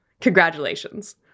Congratulations